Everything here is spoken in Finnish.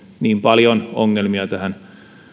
niin paljon ongelmia tähän